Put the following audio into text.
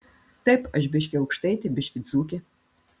taip aš biškį aukštaitė biškį dzūkė